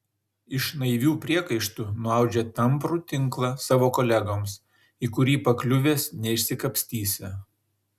iš naivių priekaištų nuaudžia tamprų tinklą savo kolegoms į kurį pakliuvęs neišsikapstysi